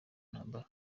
ntambara